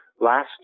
last